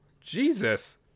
jesus